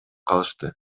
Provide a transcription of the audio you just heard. калышты